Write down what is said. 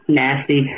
nasty